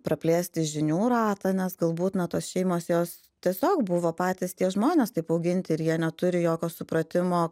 praplėsti žinių ratą nes galbūt na tos šeimos jos tiesiog buvo patys tie žmonės taip auginti ir jie neturi jokio supratimo